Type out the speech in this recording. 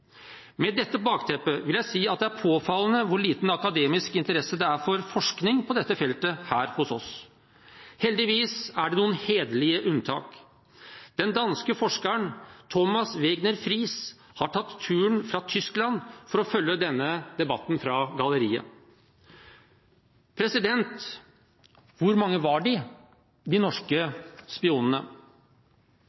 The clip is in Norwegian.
Med dette bakteppet vil jeg si at det er påfallende hvor liten akademisk interesse det er for forskning på dette feltet her hos oss. Heldigvis er det noen hederlige unntak. Den danske forskeren Thomas Wegener Friis har tatt turen fra Tyskland for å følge denne debatten fra galleriet. Hvor mange var de, de norske